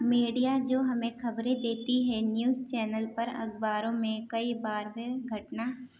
media جو ہمیں خبریں دیتی ہیں نیوز چینل پر اخباروں میں کئی بار وہ گھٹنا